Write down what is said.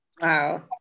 Wow